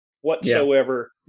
whatsoever